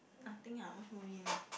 nothing ah what's more yummy